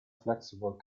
flexible